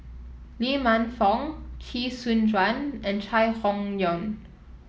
Lee Man Fong Chee Soon Juan and Chai Hon Yoong